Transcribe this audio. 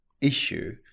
issue